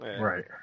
Right